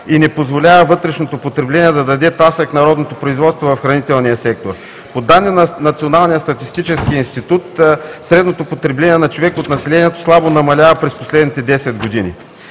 и не позволява вътрешното потребление да даде тласък на родното производство в хранителния сектор, по данни на Националния статистически институт средното потребление на човек от населението слабо намалява през последните десет години.